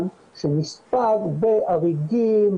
העשן שנספג באריגים,